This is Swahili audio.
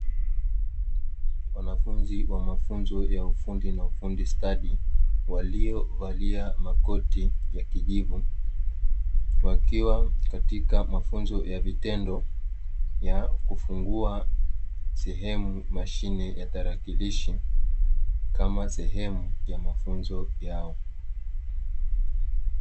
Wanafunzi wa mafunzo ya ufundi na ufundi stadi waliovalia makoti ya kijivu, wakiwa katika mafunzo ya vitendo ya kufungua sehemu mashine ya tanakilishi kama sehemu ya mafunzo yao.